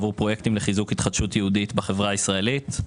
עבור פרויקטים לחיזוק התחדשות יהודית בחברה הישראלית,